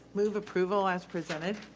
move approval as presented.